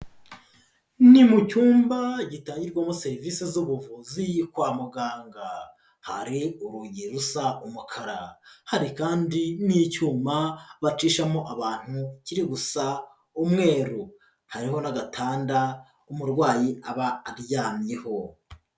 Ni mu cyumba gitangirwamo serivisi z'ubuvuzi kwa muganga, hari urugi rusa umukara, hari kandi n'icyuma bacishamo abantu kiri gusa umweru, hariho n'agatanda umurwayi aba aryamyeho.